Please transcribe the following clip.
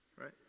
right